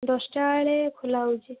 ଦଶଟା ବେଳେ ଖୋଲା ହେଉଛି